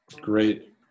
great